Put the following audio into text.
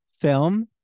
film